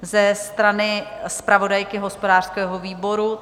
Ze strany zpravodajky hospodářského výboru?